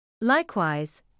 Likewise